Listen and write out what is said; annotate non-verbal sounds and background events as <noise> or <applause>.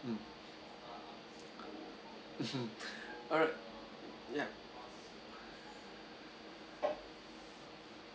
mm <laughs> alright ya